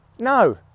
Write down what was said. no